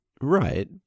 Right